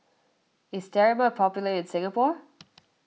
is Sterimar popular in Singapore